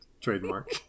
trademark